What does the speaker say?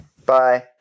Bye